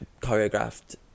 choreographed